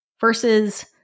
versus